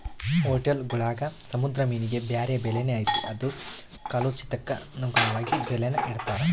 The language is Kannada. ಹೊಟೇಲ್ಗುಳಾಗ ಸಮುದ್ರ ಮೀನಿಗೆ ಬ್ಯಾರೆ ಬೆಲೆನೇ ಐತೆ ಅದು ಕಾಲೋಚಿತಕ್ಕನುಗುಣವಾಗಿ ಬೆಲೇನ ಇಡ್ತಾರ